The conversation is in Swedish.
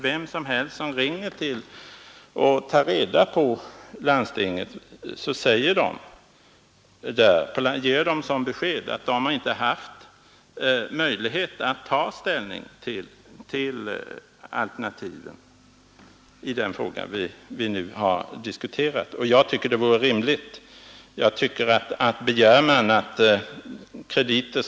Vem som helst som kontaktar landstinget får beskedet att man inte haft möjlighet att ta ställning till alternativen i den fråga vi nu diskuterar. Jag mycket stora belopp. Då vore det väl inte för mycket be tycker att det vore rimligt att man fick det.